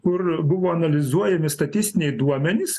kur buvo analizuojami statistiniai duomenys